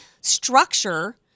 structure